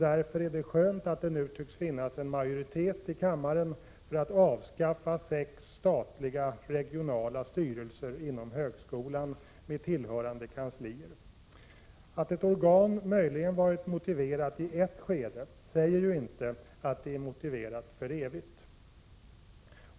Därför är det skönt att det nu tycks finnas en majoritet här i kammaren för att avskaffa sex statliga regionala styrelser inom högskolan med tillhörande kanslier. Att ett organ möjligen varit motiverat i ett skede säger inte att det är motiverat för evigt.